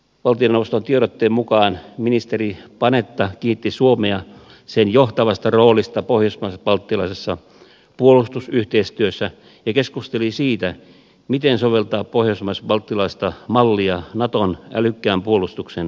valtioneuvoston tiedotteen mukaan ministeri panetta kiitti suomea sen johtavasta roolista pohjoismais balttilaisessa puolustusyhteistyössä ja keskusteli siitä miten soveltaa pohjoismais balttilaista mallia naton älykkään puolustuksen pyrkimyksiin